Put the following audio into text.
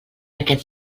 aquest